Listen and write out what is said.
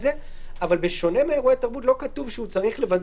זה אבל בשונה מאירועי תרבות לא כתוב שהוא צריך לוודא